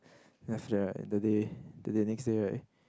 then after that right the day the day next day right